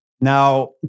Now